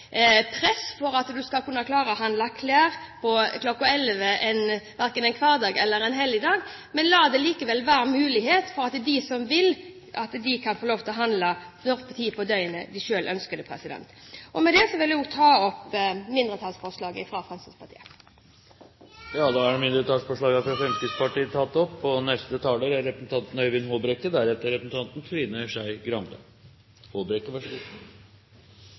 press om å kunne handle klær klokka elleve verken en hverdag eller en helligdag, men la det likevel være mulig, slik at de som vil, kan få lov til å handle på den tiden av døgnet de selv ønsker det. Med det vil jeg ta opp mindretallsforslaget fra Fremskrittspartiet. Representanten Solveig Horne har tatt opp det forslaget hun refererte til. Kristelig Folkeparti står, som det framgår av innstillingen, sammen med flertallet i denne saken. Vi ser på regulering av åpningstidsbestemmelsene og